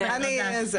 להמשיך.